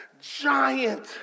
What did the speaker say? giant